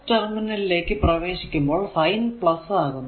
terminal ലേക്ക് പ്രവേശിക്കുമ്പോൾ sign ആകുന്നു